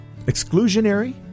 Exclusionary